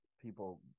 people